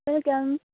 welcome